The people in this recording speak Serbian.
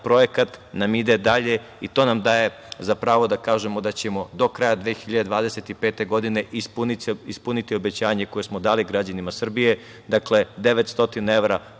projekat nam ide dalje. To nam daje za pravo da kažemo da ćemo do kraja 2025. godine ispuniti obećanje koje smo dali građanima Srbije, dakle, 900 evra